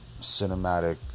cinematic